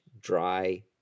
dry